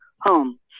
home